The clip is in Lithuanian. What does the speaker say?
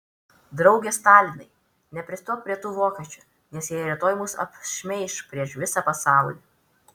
drauge stalinai nepristok prie tų vokiečių nes jie rytoj mus apšmeiš prieš visą pasaulį